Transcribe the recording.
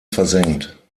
versenkt